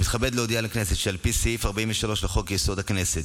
אני מתכבד להודיע לכנסת שעל פי סעיף 43 לחוק-יסוד: הכנסת,